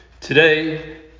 Today